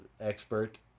expert